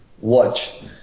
watch